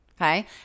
okay